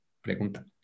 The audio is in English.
Pregunta